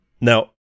now